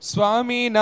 Swami